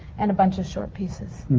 and a bunch of short pieces.